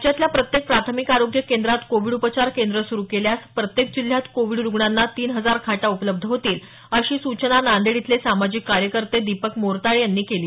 राज्यातल्या प्रत्येक प्राथमिक आरोग्य केंद्रात कोविड उपचार केंद्र सुरू केल्यास प्रत्येक जिल्ह्यात कोविड रूग्णांना तीन हजार खाटा उपलब्ध होतील अशी सूचना नांदेड इथले सामाजिक कार्यकर्ते दिपक मोरताळे यांनी केली